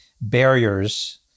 barriers